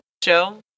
Joe